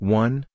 one